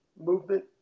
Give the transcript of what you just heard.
movement